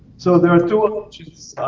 so there are two options.